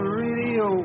radio